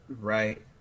Right